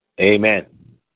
Amen